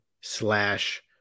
slash